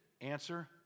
Answer